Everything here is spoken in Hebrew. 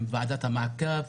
עם ועדת המעקב,